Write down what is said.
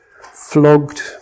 flogged